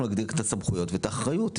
אנחנו נגדיר את הסמכויות ואת האחריות.